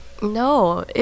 No